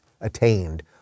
attained